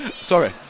Sorry